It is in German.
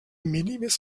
minimis